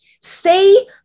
Say